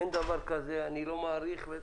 אין דבר כזה, אני לא מאריך.